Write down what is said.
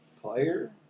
player